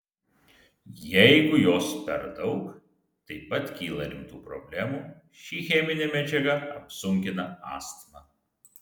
jeigu jos per daug taip pat kyla rimtų problemų ši cheminė medžiaga apsunkina astmą